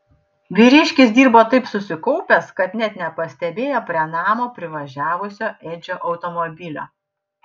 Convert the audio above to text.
vyriškis dirbo taip susikaupęs kad net nepastebėjo prie namo privažiavusio edžio automobilio